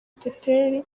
teteri